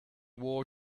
war